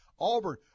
Auburn